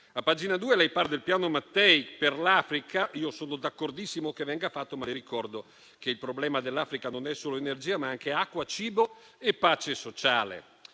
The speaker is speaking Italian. A pagina 2 lei parla del piano Mattei per l'Africa; io sono d'accordissimo che venga fatto, ma le ricordo che il problema dell'Africa non è solo energia, ma anche acqua, cibo e pace sociale.